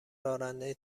راننده